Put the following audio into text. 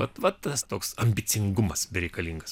ot va tas toks ambicingumas bereikalingas